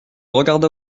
regarda